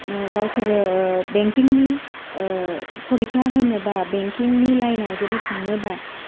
गावसोरो बेंकिंनि फरिखा होनोबा बेंकिंनि लाइनाव जुदि थांनोबा